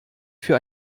für